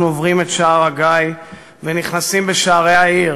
עוברים את שער-הגיא ונכנסים בשערי העיר: